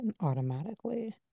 automatically